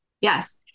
Yes